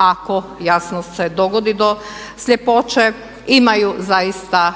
ako jasno se dogodi do sljepoće, imaju zaista